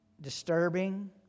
disturbing